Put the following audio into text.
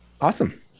awesome